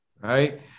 right